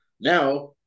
Now